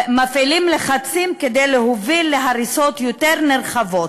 מפעילים לחצים כדי להוביל להריסות יותר נרחבות.